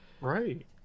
Right